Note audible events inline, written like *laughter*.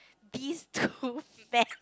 these two *breath* fans